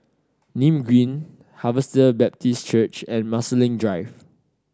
Nim Green Harvester Baptist Church and Marsiling Drive